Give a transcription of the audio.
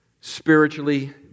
Spiritually